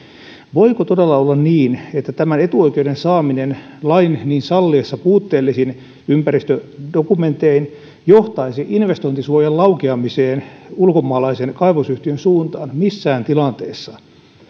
voiko todella olla niin että tämän etuoikeuden saaminen lain niin salliessa puutteellisin ympäristödokumentein johtaisi investointisuojan laukeamiseen ulkomaalaisen kaivosyhtiön suuntaan missään tilanteessa